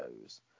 goes